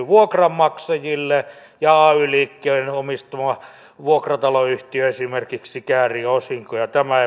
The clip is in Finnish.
vuokranmaksajille ja esimerkiksi ay liikkeen omistama vuokrataloyhtiö käärii osinkoja tämä